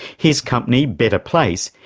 his company, better place,